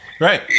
Right